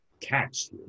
catch